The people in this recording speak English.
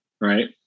right